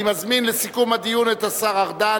אני מזמין לסיכום הדיון את השר ארדן,